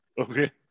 Okay